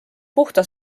puhta